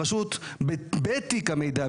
הרשות בתיק המידע,